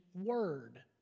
Word